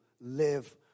live